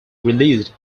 released